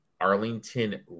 Arlington